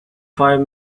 five